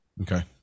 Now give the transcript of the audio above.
Okay